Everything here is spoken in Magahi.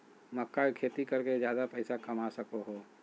मक्का के खेती कर के ज्यादा पैसा कमा सको हो